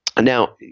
Now